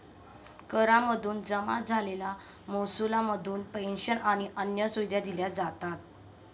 करा मधून जमा झालेल्या महसुला मधून पेंशन आणि अन्य सुविधा दिल्या जातात